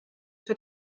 für